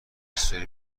استوری